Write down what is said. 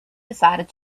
decided